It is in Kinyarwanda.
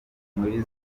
muri